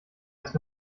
ist